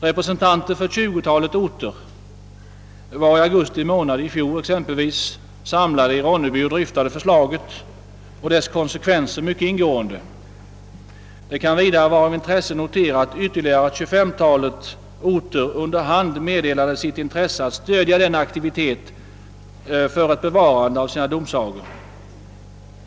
Representanter för ett 20-tal orter var i augusti månad i fjol samlade i Ronneby och dryftade förslaget och dess konsekvenser mycket ingående. Det kan vidare vara av intresse att notera, att ytterligare ett 25-tal orter under hand meddelade sitt intresse att stödja denna aktivitet för att bevara sina domsagor.